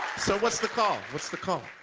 so what's the call? what's the call?